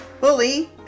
bully